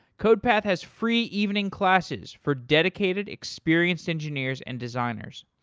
codepath has free evening classes for dedicated experienced engineers and designers.